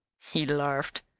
he larfed.